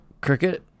Cricket